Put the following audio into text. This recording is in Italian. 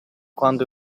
quando